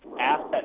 asset